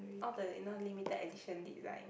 all the you know limited edition design